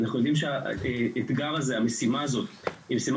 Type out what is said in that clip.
אנחנו יודעים שהאתגר הזה והמשימה הזאת היא משימה